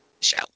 Show